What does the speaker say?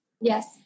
Yes